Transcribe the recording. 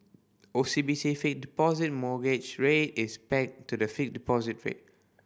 O C B C Fixed Deposit Mortgage Rate is pegged to the fixed deposit rate